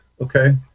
okay